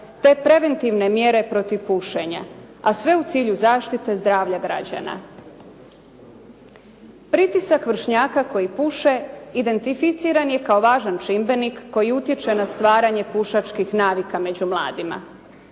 te preventivne mjere protiv pušenja, a sve u cilju zaštite zdravlja građana. Pritisak vršnjaka koji puše identificiran je kao važan čimbenik koji utječe na stvaranje pušačkih navika među mladima.